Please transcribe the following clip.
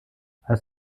als